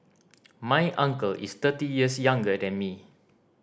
my uncle is thirty years younger than me